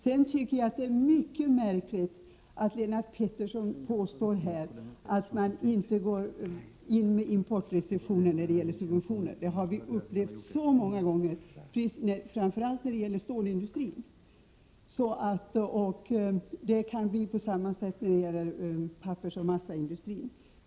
Sedan tycker jag att det är mycket märkligt att Lennart Pettersson påstår att vi inte råkar ut för importrestriktioner när det gäller subventioner. Det har vi upplevt många gånger, framför allt då det gäller stålindustrin. Det kan bli på samma sätt i fråga om pappersoch massaindustrin.